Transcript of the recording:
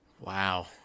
wow